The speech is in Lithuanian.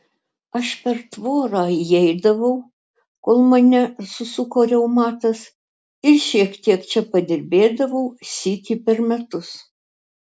aš per tvorą įeidavau kol mane susuko reumatas ir šiek tiek čia padirbėdavau sykį per metus